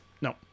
No